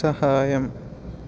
സഹായം